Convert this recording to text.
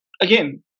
again